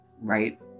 right